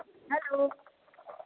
hello